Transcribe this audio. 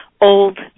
Old